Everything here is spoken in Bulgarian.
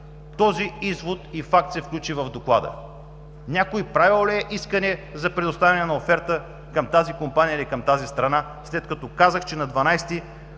този извод и факт се включи в Доклада? Някой правил ли е искане за предоставяне на оферта към тази компания или към тази страна, след като казах, че на 12